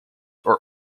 are